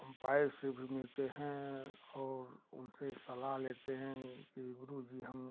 umpire से भी मिलते हैं और उनसे सलाह लेते हैं कि गुरु जी हम